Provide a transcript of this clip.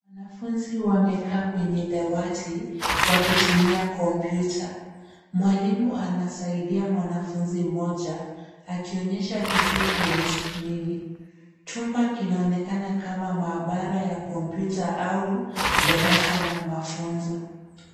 Wanafunzi wamekaa kwenye dawati wakitumia kompyuta. Mwalimu anasaidia mwanafunzi mmoja akionyesha kitu kwenye skrini. Chumba kinaonekana kama maabara ya kompyuta au darasa la mafunzo.